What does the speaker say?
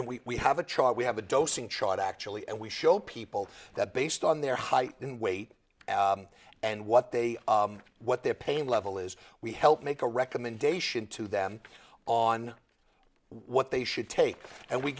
and we have a chart we have a dosing chart actually and we show people that based on their height and weight and what they are what their pain level is we help make a recommendation to them on what they should take and we